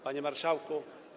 Panie Marszałku!